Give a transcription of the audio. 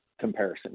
comparison